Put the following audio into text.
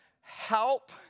help